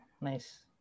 nice